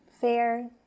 fair